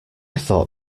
thought